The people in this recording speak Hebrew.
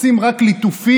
רוצים רק ליטופים.